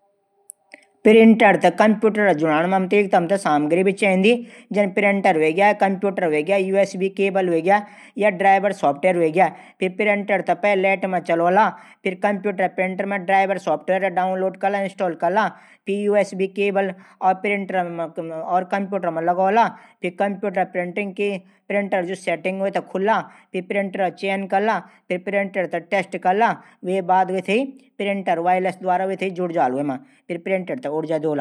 प्रिंटर थै क्म्प्यूटर दगड जुडूं कू सबसे पैली सभी कुछ चैंदू। Printer U S B cable computer drive software. फिर पैली प्रिंटर थै लैट पर चलोला। फिर कम्प्यूटर प्रिंटर मा ड्राइव सॉफ्टवेयर डाउनलोड करला। फिर U S B cable computer से प्रिंटर लगोला। फिर कम्प्यूटर मा प्रिंटर जू सैंटिग वे थे खुला। फिर प्रिंटर थै टैस्ट करला। फिर वायरलेस द्वारा जुड जालू।